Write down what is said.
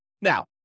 Now